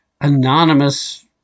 anonymous